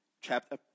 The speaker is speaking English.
chapter